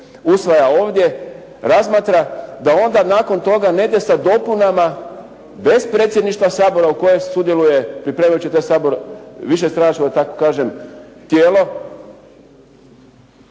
usvaja ovdje razmatra da onda nakon toga ne ide sa dopunama bez Predsjedništva Sabora u kojem sudjeluje pripremajući taj Sabor višestranačko da